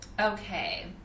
Okay